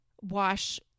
wash